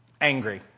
angry